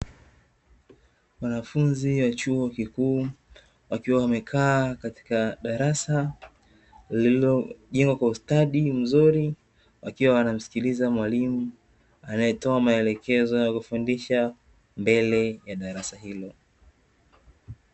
Wanafunzi wa chuo kikuu wakiwa wamekaa katika darasa lililojengwa kwa ustadi mzuri, wakiwa wanamsikiliza mwalimu anayetoa maelekezo ya kufundisha mbele ya darasa hilo.